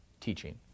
teaching